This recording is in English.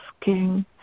asking